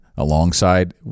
Alongside